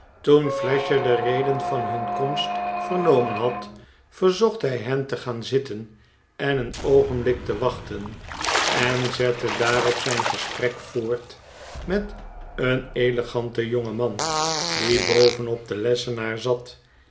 toen flasher de reden van nun komst vernomen had verzocht hij hen te gaan zitten en een oogenblik te wachten en zette daarop zijn gesprek voort met een eleganten jongeman die boven op den lessenaar zat